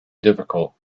difficult